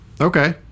Okay